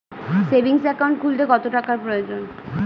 Savings account খুলতে কত টাকার প্রয়োজন?